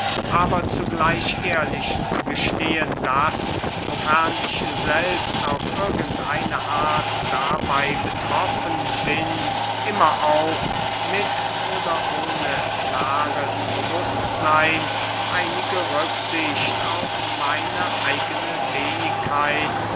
aber zugleich ehrlich zu gestehen daß wofern ich selbst auf irgend eine art dabey betroffen bin immer auch mit oder ohne klares bewußtseyn einige rücksicht auf meine eigene wenigkeit